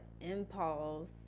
impulse